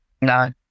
No